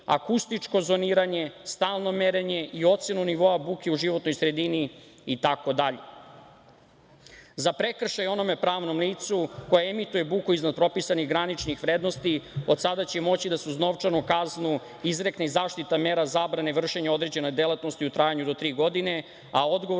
akustičko zoniranje, stalno merenje i ocenu nivoa buke u životnoj sredini, itd.Za prekršaj onome pravnom licu koje emituje buku iznad propisanih graničnih vrednosti od sada će moći da se uz novčanu kaznu izrekne i zaštitna mera zabrane vršenja određene delatnosti u trajanju do tri godine, a odgovornom